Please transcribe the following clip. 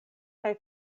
kaj